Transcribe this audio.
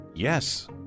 Yes